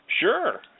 Sure